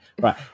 right